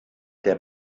der